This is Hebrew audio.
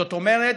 זאת אומרת,